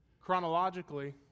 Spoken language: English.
Chronologically